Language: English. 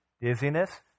dizziness